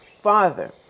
father